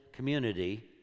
community